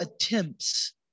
attempts